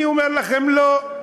אני אומר לכם: לא.